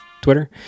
Twitter